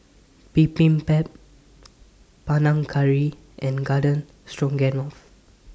Bibimbap Panang Curry and Garden Stroganoff